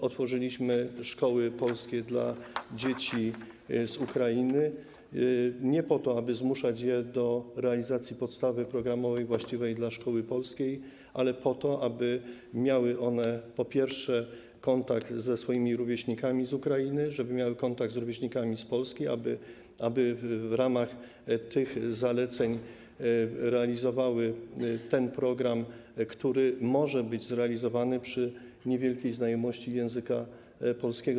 Otworzyliśmy szkoły polskie dla dzieci z Ukrainy nie po to, aby zmuszać je do realizacji podstawy programowej właściwej dla szkoły polskiej, ale po to, żeby miały one kontakt ze swoimi rówieśnikami z Ukrainy, żeby miały kontakt z rówieśnikami z Polski, żeby w ramach tych zaleceń realizowały ten program, który może być realizowany przy niewielkiej znajomości języka polskiego.